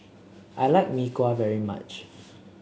I like Mee Kuah very much